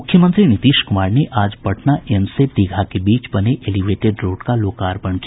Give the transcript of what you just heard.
मुख्यमंत्री नीतीश कुमार ने आज पटना एम्स से दीघा के बीच बने एलिवेटेड रोड का लोकार्पण किया